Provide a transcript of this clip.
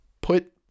put